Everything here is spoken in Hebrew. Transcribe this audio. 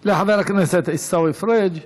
לחבר הכנסת עיסאווי פריג'.